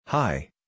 Hi